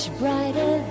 brighter